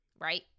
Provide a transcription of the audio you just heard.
right